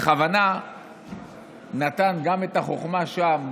בכוונה נתן את החוכמה שם,